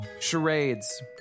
Charades